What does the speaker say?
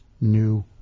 new